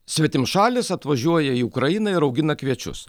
svetimšalis atvažiuoja į ukrainą ir augina kviečius